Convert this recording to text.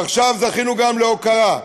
ועכשיו זכינו גם להוקרה.